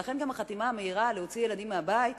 ולכן גם החתימה המהירה על הוצאת ילדים מהבית,